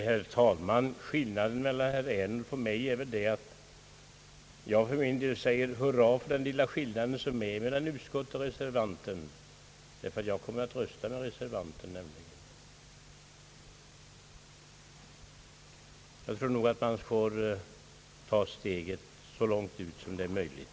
Herr talman! Herr Ernulf och jag har olika uppfattningar så till vida, att jag säger hurra för den lilla skillnaden som föreligger mellan utskottet och reservanten. Jag kommer nämligen att rösta med reservationen. Jag tror nog att man får ta steget så långt ut som det är möjligt.